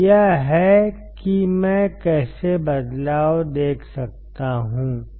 तो यह है कि मैं कैसे बदलाव देख सकता हूं